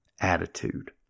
attitude